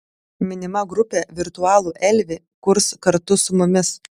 minima grupė virtualų elvį kurs kartu su mumis